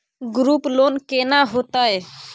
Group loan केना होतै?